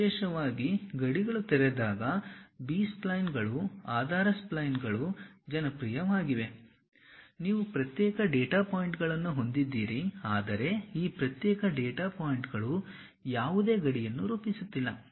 ವಿಶೇಷವಾಗಿ ಗಡಿಗಳು ತೆರೆದಾಗ ಬಿ ಸ್ಪ್ಲೈನ್ಗಳು ಆಧಾರ ಸ್ಪ್ಲೈನ್ಗಳು ಜನಪ್ರಿಯವಾಗಿವೆ ನೀವು ಪ್ರತ್ಯೇಕ ಡೇಟಾ ಪಾಯಿಂಟ್ಗಳನ್ನು ಹೊಂದಿದ್ದೀರಿ ಆದರೆ ಈ ಪ್ರತ್ಯೇಕ ಡೇಟಾ ಪಾಯಿಂಟ್ಗಳು ಯಾವುದೇ ಗಡಿಯನ್ನು ರೂಪಿಸುತ್ತಿಲ್ಲ